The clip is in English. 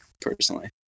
personally